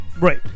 Right